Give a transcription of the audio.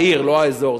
העיר ולא האזור,